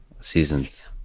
seasons